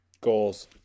Goals